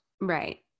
Right